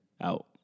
out